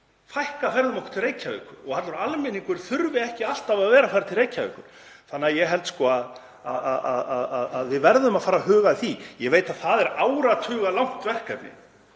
fækkað ferðum okkar til höfuðborgarinnar og allur almenningur þurfi ekki alltaf að vera að fara þangað. Þannig að ég held að við verðum að fara að huga að því. Ég veit að það er áratugalangt verkefni